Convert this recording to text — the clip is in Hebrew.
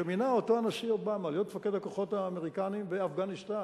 שמינה הנשיא אובמה להיות מפקד הכוחות האמריקניים באפגניסטן,